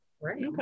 right